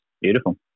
Beautiful